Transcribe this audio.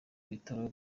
bitaro